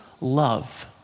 love